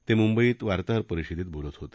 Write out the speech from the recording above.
ते म्ंबईत वार्ताहर परिषदेत बोलत होते